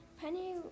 Penny